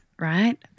right